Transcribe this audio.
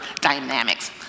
dynamics